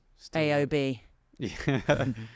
AOB